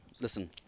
listen